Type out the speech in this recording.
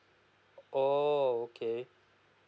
oo okay